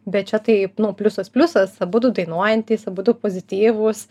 bet čia tai nu pliusas pliusas abudu dainuojantys abudu pozityvūs